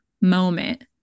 moment